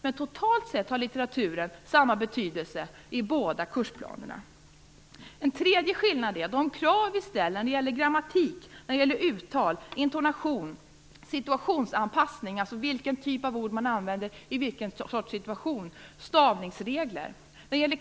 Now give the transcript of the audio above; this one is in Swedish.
Men totalt sett har litteraturen samma betydelse i båda kursplanerna. En tredje skillnad är de krav vi ställer på grammatik, uttal, intonation, stavningsregler och situationsanpassning, dvs. vilken typ av ord man använder i olika situationer.